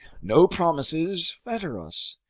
no promises fetter us.